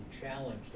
challenged